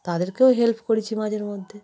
তাদেরকেও হেল্প করেছি মাঝে মধ্যে